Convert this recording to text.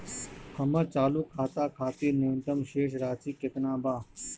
हमर चालू खाता खातिर न्यूनतम शेष राशि केतना बा?